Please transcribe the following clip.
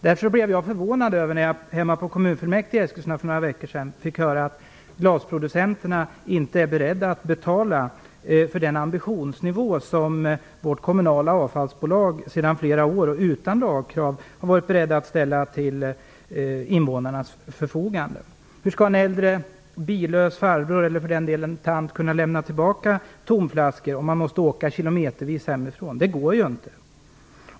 Därför blev jag förvånad när jag på kommunfullmäktige i Eskilstuna för några veckor sedan fick höra att glasproducenterna inte är beredda att betala enligt den ambitionsnivå som vårt kommunala avfallsbolag sedan flera år och utan lagkrav har varit beredda anta. Hur skall en äldre billös farbror eller för den delen en tant kunna lämna tillbaka tomflaskor om man måste åka kilometervis hemifrån? Det går ju inte.